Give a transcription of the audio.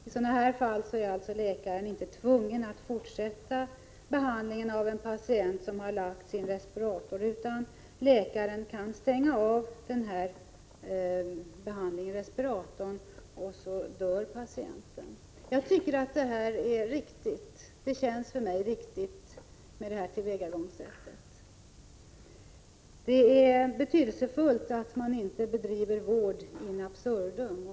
I sådana fall är läkaren inte tvungen att fortsätta behandlingen av en patient som lagts i en respirator, utan läkaren kan stänga av respiratorn och patienten dör. Det känns riktigt för mig med det här tillvägagångssättet. Det är betydelsefullt att man inte bedriver vård in absurdum.